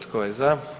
Tko je za?